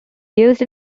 used